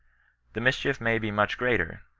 the mischief may be much greater,